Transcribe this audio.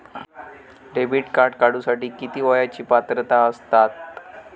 Debit card काढूसाठी किती वयाची पात्रता असतात?